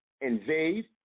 invade